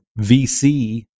VC